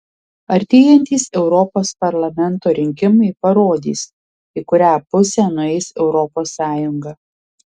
artėjantys europos parlamento rinkimai parodys į kurią pusę nueis europos sąjunga